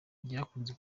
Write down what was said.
byakunze